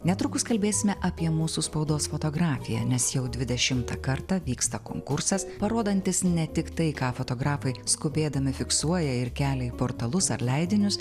netrukus kalbėsime apie mūsų spaudos fotografiją nes jau dvidešimtą kartą vyksta konkursas parodantis ne tik tai ką fotografai skubėdami fiksuoja ir kelią į portalus ar leidinius